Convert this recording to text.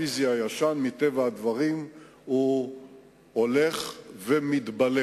מטבע הדברים המרקם הפיזי הישן הולך ומתבלה,